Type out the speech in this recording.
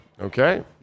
okay